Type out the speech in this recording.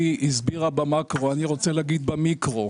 היא הסבירה במקרו ואני רוצה לומר במיקרו.